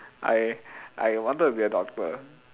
I I wanted to be a doctor